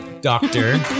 Doctor